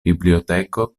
biblioteko